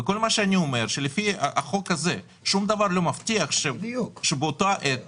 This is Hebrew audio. וכל מה שאני אומר שלפי החוק הזה שום דבר לא מבטיח שבאותה עת